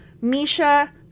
Misha